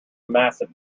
massive